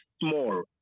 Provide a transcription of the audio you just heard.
small